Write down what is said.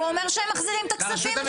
הוא אומר שהם מחזירים את הכספים,